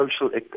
social